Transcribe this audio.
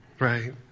right